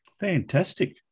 Fantastic